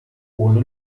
ohne